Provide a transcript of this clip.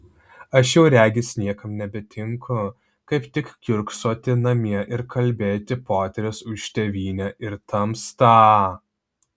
aš jau regis niekam nebetinku kaip tik kiurksoti namie ir kalbėti poterius už tėvynę ir tamstą